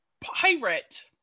pirate